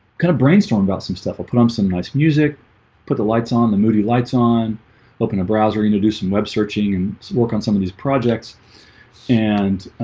kind of brainstorm about some stuff i'll put on um some nice music put the lights on the moody lights on hoping the browser you know do some web searching and work on some of these projects and